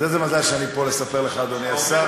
אז איזה מזל שאני פה לספר לך, אדוני השר.